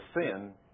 sin